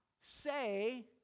say